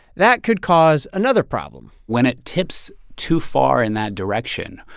that could cause another problem when it tips too far in that direction,